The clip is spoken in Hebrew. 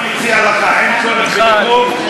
אני מציע לך: אין צורך בנימוק,